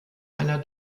einer